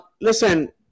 listen